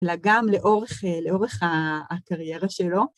אלא גם לאורך הקריירה שלו.